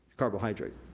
carbohydrate.